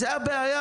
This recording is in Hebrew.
זאת הבעיה.